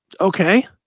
Okay